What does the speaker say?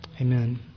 Amen